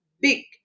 big